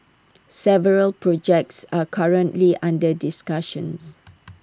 several projects are currently under discussion